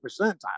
percentile